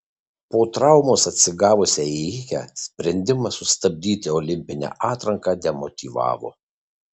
po traumos atsigavusią ėjikę sprendimas sustabdyti olimpinę atranką demotyvavo